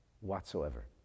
whatsoever